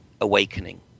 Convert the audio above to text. awakening